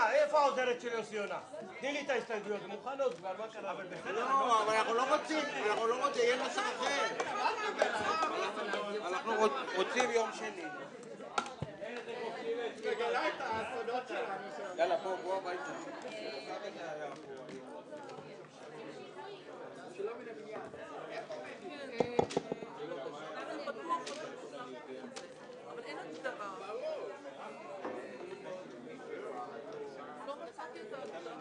ננעלה בשעה 13:20.